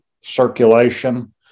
circulation